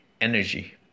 energy